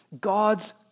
God's